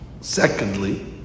Secondly